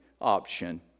option